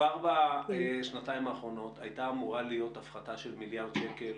כבר בשנתיים האחרונות הייתה אמורה להיות הפחתה של מיליארד שקל